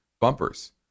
Bumpers